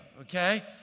okay